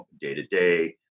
day-to-day